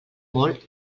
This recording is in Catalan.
molt